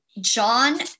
John